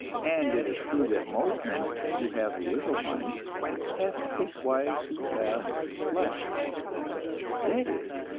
and it is true that most men who have little money have to take wives who have less that is,